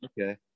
okay